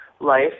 life